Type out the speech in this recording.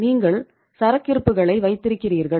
நீங்கள் சரக்குகிறுப்புகளை வைத்திருக்கிறீர்கள்